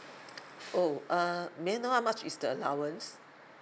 oh uh may I know how much is the allowance